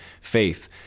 faith